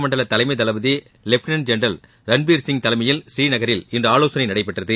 மண்டல தலைமை தளபதி லெப்டினன்ட் ஜெனரல் ரன்பீர் சிங் தலைமையில் ஸ்ரீநகரில் இன்று ஆலோசனை நடைபெற்றகு